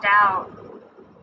out